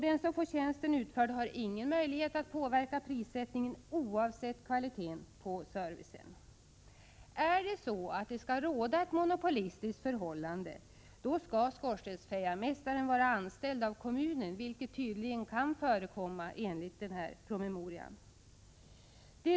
Den som får tjänsten utförd har ingen möjlighet att påverka prissättningen, oavsett kvaliteten på servicen. Om ett monopolistiskt förhållande skall råda, då skall skorstensfejarmästaren vara anställd av kommunen, vilket tydligen kan förekomma enligt promemorian.